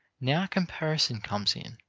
now comparison comes in.